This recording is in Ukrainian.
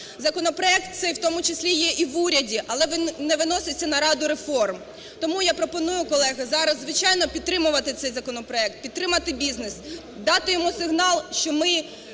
Законопроект цей в тому числі є і в уряді, але він не виноситься на Раду реформ. Тому я пропоную, колеги, зараз, звичайно, підтримувати цей законопроект, підтримати бізнес, дати йому сигнал, що ми